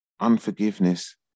Unforgiveness